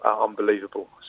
unbelievable